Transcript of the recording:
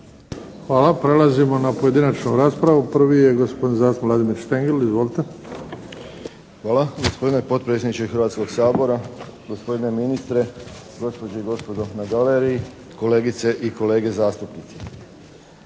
Hvala. Prelazimo na pojedinačnu raspravu. Prvi je gospodin zastupnik Vladimir Štengl. Izvolite. **Štengl, Vladimir (HDZ)** Hvala gospodine potpredsjedniče Hrvatskog sabora, gospodine ministre, gospođe i gospodo na galeriji, kolegice i kolege zastupnici.